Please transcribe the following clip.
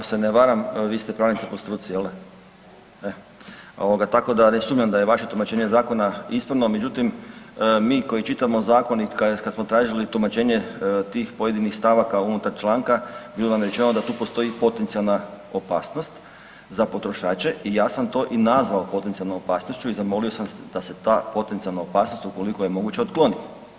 Ako se ne varam, vi ste pravnica po struci, jel da? tako da ne sumnjam da je vaše tumačenje zakona ispravno međutim mi koji čitamo zakon i kad smo tražili tumačenje tih pojedinih stavaka unutar članka, bilo nam je rečeno da tu postoji potencijalna opasnost za potrošače i ja sam to i nazvao potencijalnom opasnošću i zamolio sam vas da se ta potencijalna opasnost ukoliko je moguće otkloni.